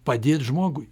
padėt žmogui